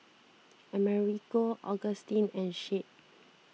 Americo Augustin and Shade